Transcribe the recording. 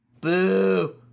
Boo